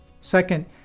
Second